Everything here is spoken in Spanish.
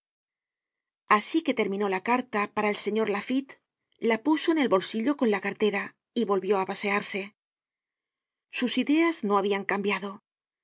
asi que terminó la carta para el señor laffitte la puso en el bolsillo con la cartera y volvió á pasearse sus ideas no habian cambiado